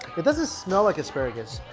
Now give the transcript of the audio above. it doesn't smell like asparagus